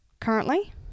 currently